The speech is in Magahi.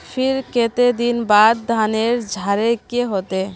फिर केते दिन बाद धानेर झाड़े के होते?